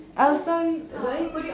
um sorry do I need